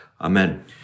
Amen